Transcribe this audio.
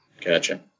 Gotcha